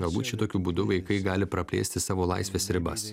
galbūt šitokiu būdu vaikai gali praplėsti savo laisvės ribas